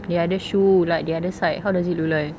the other shoe like the other side how does it look like